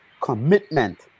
commitment